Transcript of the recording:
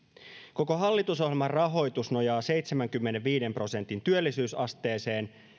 koko hallitusohjelman rahoitus nojaa seitsemänkymmenenviiden prosentin työllisyysasteeseen